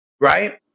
right